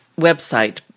website